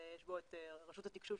שיש בו את רשות התקשוב,